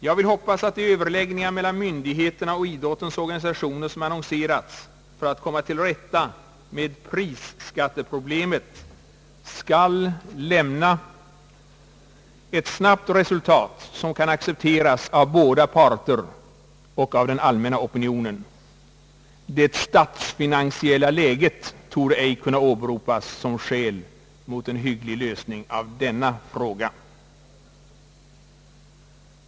Jag vill hoppas att de överläggningar mellan myndigheterna och idrottens organisationer som annonserats för att komma till rätta med skatteproblemet när det gäller idrottspriser skall lämna ett snabbt resultat, som kan accepteras av båda parter och av den allmänna opinionen. Det statsfinansiella läget torde ej kunna åberopas som skäl mot en hygglig lösning av denna fråga.